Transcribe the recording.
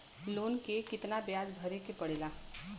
Loan के कितना ब्याज भरे के पड़े ला?